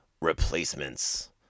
Replacements